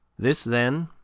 this, then,